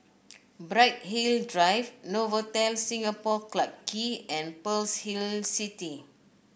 Bright Hill Drive Novotel Singapore Clarke Quay and Pearl's Hill City